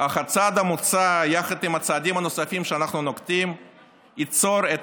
אך הצעד המוצע יחד עם הצעדים הנוספים שאנחנו נוקטים ייצור את